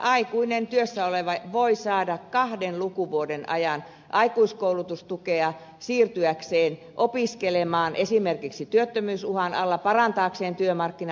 aikuinen työssä oleva voi saada kahden lukuvuoden ajan aikuiskoulutustukea siirtyäkseen opiskelemaan esimerkiksi työttömyysuhan alla parantaakseen työmarkkina asemaansa